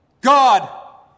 God